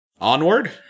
Onward